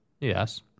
Yes